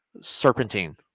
serpentine